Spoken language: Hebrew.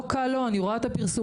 לא קל לו אני רואה את הפרסומים,